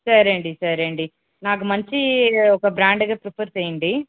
సరే అండి సరే అండి నాకు మంచి ఒక బ్రాండ్ రిఫర్ చెయ్యండి